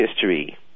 history